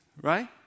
Right